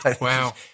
Wow